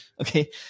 Okay